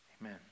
Amen